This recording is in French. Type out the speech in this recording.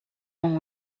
ont